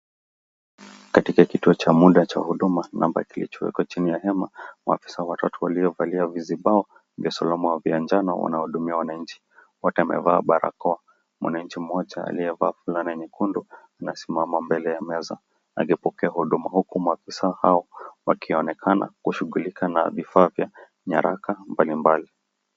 Katika kituo cha muda cha huduma namba kilichowekwa chini ya hema, maafisa watatu waliovalia vizibao vya usalama vya njano wanahudumia wananchi. Wote wamevaa barakoa. Mwananchi mmoja aliyevaa fulana nyekundu anasimama mbele ya meza akipokea huduma huku maafisa hao wakionekana kushughulika na vifaa vya nyaraka mbalimbali.